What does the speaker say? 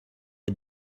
est